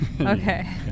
Okay